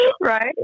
Right